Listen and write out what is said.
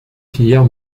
filière